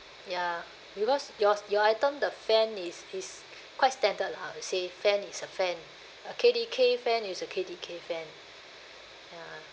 ya because yours your item the fan is is quite standard lah I would say fan is a fan a K_D_K fan is a K_D_K fan ya